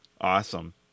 Awesome